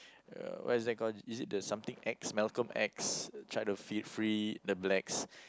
uh what's that called is it the something X Malcolm-X tried to f~ free the blacks